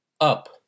up